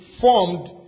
formed